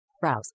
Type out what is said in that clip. Browse